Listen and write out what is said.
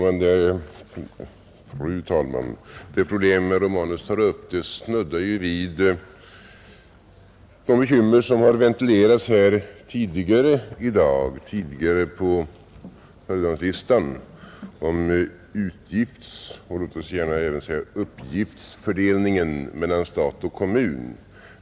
Fru talman! Det problem herr Romanus tagit upp snuddar vid de bekymmer som har ventilerats tidigare i dag om utgiftsoch låt oss även gärna säga uppgiftsfördelningen mellan stat och kommun.